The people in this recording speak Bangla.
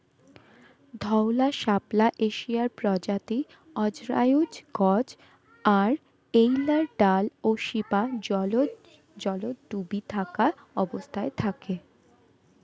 ধওলা শাপলা এশিয়ার প্রজাতি অজরায়ুজ গছ আর এ্যাইলার ডাল ও শিপা জলত ডুবি থাকা অবস্থাত থাকে